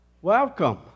Welcome